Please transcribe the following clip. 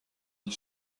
est